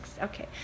Okay